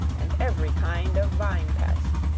and every kind of vine-pest!